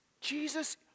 Jesus